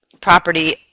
property